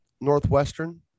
Northwestern